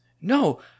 No